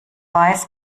weiß